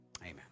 amen